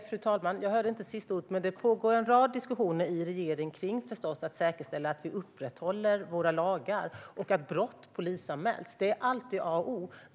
Fru talman! Jag hörde inte det sista ordet, men det pågår en rad diskussioner i regeringen för att säkerställa att man upprätthåller våra lagar och att brott polisanmäls. Det är alltid A och O.